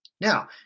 Now